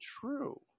true